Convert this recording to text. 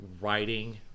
writing